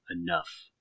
enough